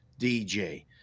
DJ